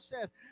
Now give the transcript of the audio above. says